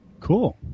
Cool